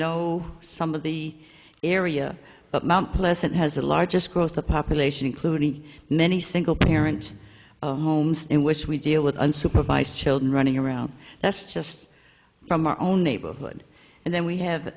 know some of the area but mt pleasant has the largest growth of population including many single parent homes in which we deal with unsupervised children running around that's just from our own neighborhood and then we have